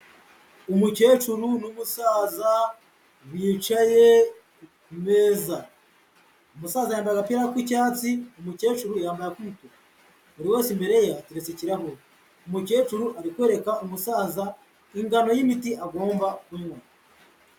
Umukecuru n'umusaza bicaye ku meza, umusaza yambaye agapira k'icyatsi, umukecuru yambaye ak'umutuku, buri wese imbere yetudukiraho, umukecuru arikwereka umusaza ingano y'imiti agomba kunywa.